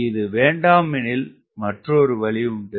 இது வேண்டாமெனில் மற்றொரு வழியொன்று உண்டு